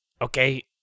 Okay